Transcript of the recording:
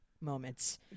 moments